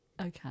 Okay